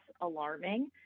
alarming